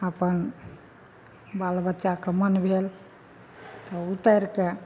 अपन बाल बच्चाके मन भेल तऽ उतारिके